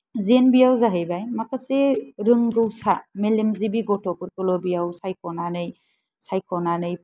जे एन भियाव जाहैबाय माखासे रोंगौसा मेलेमजिबि गथ'फोरखौल' बेयाव सायख'नानै सायख'नानै